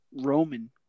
Roman